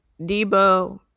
Debo